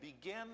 begin